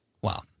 Wow